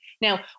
Now